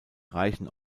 reichen